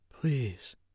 Please